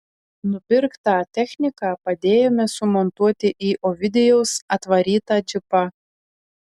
nupirktą techniką padėjome sumontuoti į ovidijaus atvarytą džipą